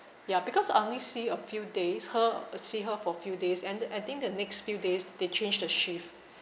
ya because I only see a few days her uh see her for few days and I think the next few days they changed the shift